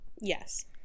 yes